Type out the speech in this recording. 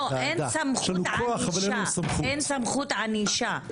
לא, אין סמכות ענישה.